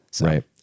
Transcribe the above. Right